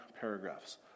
paragraphs